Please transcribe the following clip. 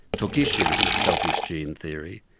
took issue with selfish gene theory,